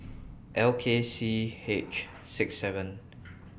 L K C H six Z